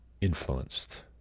influenced